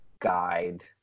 guide